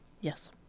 yes